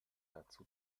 dazu